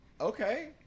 okay